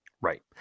Right